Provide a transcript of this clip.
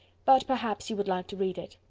but perhaps you would like to read it.